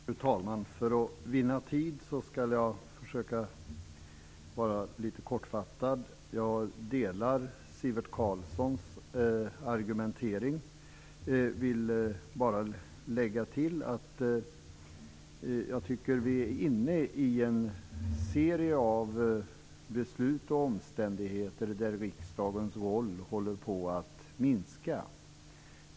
Fru talman! För att vinna tid skall jag försöka var litet kortfattad. Jag instämmer i Sivert Carlssons argumentering. Jag vill bara lägga till att jag tycker att vi är inne i en serie av beslut och omständigheter där riksdagens roll håller på att minska.